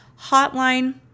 hotline